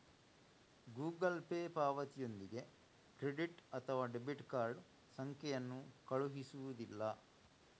Google Pay ಪಾವತಿಯೊಂದಿಗೆ credit ಅಥವಾ debit card ಸಂಖ್ಯೆಯನ್ನು ಕಳುಹಿಸುವುದಿಲ್ಲ